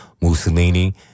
Mussolini